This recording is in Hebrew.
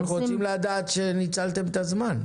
--- אנחנו רוצים לדעת שניצלתם את הזמן.